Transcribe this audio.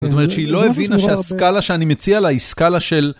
זאת אומרת שהיא לא הבינה שהסקאלה שאני מציע לה היא סקאלה של...